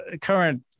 current